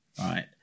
Right